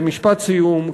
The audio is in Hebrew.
במשפט סיום,